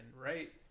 right